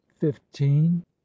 fifteen